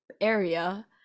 area